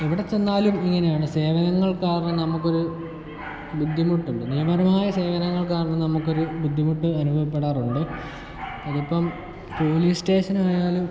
എവിടെ ചെന്നാലും ഇങ്ങനെയാണ് സേവനങ്ങൾ കാരണം നമുക്കൊരു ബുദ്ധിമുട്ടുണ്ട് നിയമപരമായ സേവനങ്ങൾ കാരണം നമുക്കൊരു ബുദ്ധിമുട്ട് അനുഭവപ്പെടാറുണ്ട് അതിപ്പം പോലീസ് സ്റ്റേഷൻ ആയാലും